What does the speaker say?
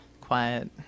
quiet